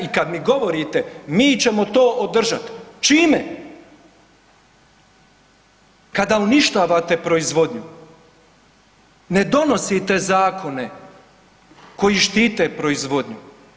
I kad mi govorite mi ćemo to održat, čime, kada uništavate proizvodnju, ne donosite zakone koji štite proizvodnju.